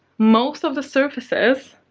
most of the surfaces